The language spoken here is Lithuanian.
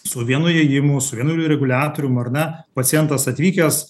su vienu įėjimu su reguliatorium ar ne pacientas atvykęs